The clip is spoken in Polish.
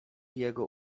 jego